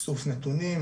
איסוף נתונים,